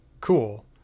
cool